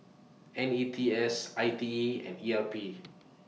N E T S I T E and E R P